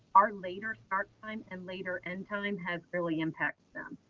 our later start time and later end time has really impacted them.